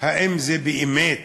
האם זה באמת